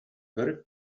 very